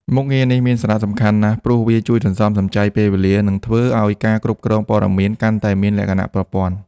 មុខងារនេះមានសារៈសំខាន់ណាស់ព្រោះវា ជួយសន្សំសំចៃពេលវេលា និងធ្វើឲ្យការគ្រប់គ្រងព័ត៌មានកាន់តែមានលក្ខណៈប្រព័ន្ធ។